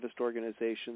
organizations